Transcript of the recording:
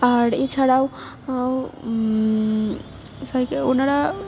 আর এছাড়াও সাইকেল ওনারা